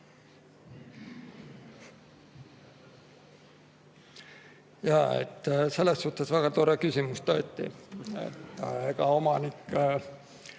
selles suhtes väga tore küsimus, tõesti.